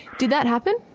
did that happen?